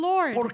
Lord